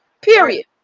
period